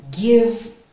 give